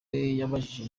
yabajije